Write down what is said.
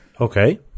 Okay